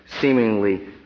seemingly